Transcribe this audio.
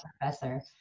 professor